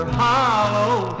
hollow